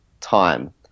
time